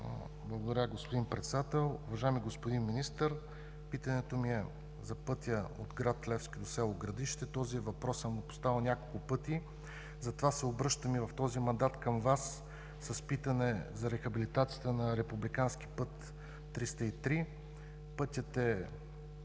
Благодаря, господин Председател. Уважаеми господин Министър, питането ми е за пътя от град Левски до село Градище. Този въпрос съм го поставил няколко пъти. Затова се обръщам и в този мандат към Вас с питане за рехабилитацията на Републикански път ІІІ-303. Пътят е